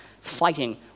fighting